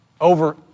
over